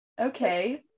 okay